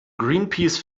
greenpeace